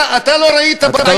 אתה לא ראית בעיתון,